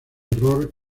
error